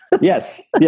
Yes